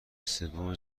سوم